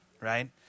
right